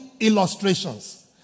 illustrations